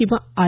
किंवा आर